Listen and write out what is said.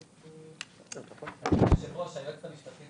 אדוני היושב-ראש, סגנית היועץ המשפטי